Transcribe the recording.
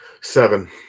Seven